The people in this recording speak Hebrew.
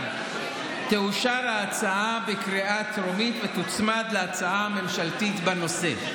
תאושר ההצעה בקריאה הטרומית ותוצמד להצעה הממשלתית בנושא.